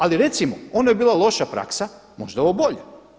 Ali recimo, ono je bila loša praksa, možda je ovo bolja.